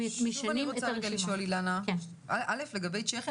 לגבי צ'כיה,